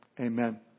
Amen